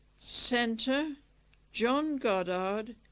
centre john goddard,